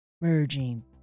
Merging